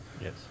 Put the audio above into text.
Yes